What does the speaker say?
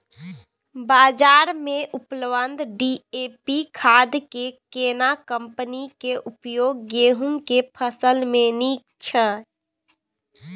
बाजार में उपलब्ध डी.ए.पी खाद के केना कम्पनी के उपयोग गेहूं के फसल में नीक छैय?